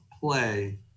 play